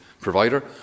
provider